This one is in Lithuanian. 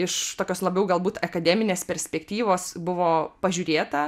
iš tokios labiau galbūt akademinės perspektyvos buvo pažiūrėta